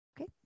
Okay